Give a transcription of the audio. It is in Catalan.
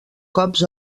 cops